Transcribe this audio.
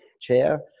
chair